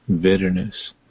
bitterness